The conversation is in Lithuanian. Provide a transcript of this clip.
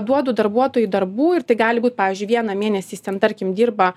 duodu darbuotojui darbų ir tai gali būt pavyzdžiui vieną mėnesį jis ten tarkim dirba